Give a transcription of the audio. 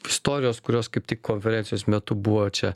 istorijos kurios kaip tik konferencijos metu buvo čia